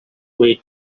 wait